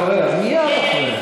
מירב, את מדברת אחריה, מייד אחריה.